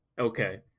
Okay